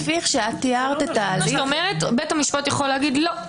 כלומר בית המשפט יכול לומר: לא,